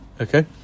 Okay